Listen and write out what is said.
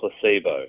placebo